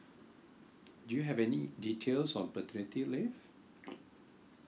do you have any details on paternity leave